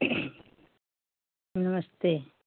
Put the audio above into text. नमस्ते